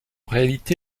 réalité